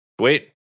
Wait